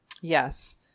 yes